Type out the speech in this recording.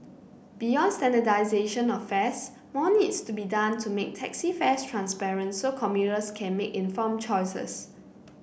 beyond standardisation of fares more needs to be done to make taxi fares transparent so commuters can make informed choices